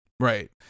Right